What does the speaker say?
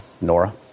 Nora